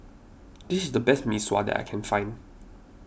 this is the best Mee Sua that I can find